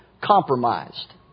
compromised